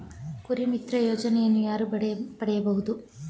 ಕುರಿಮಿತ್ರ ಯೋಜನೆಯನ್ನು ಯಾರು ಪಡೆಯಬಹುದು?